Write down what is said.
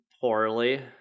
Poorly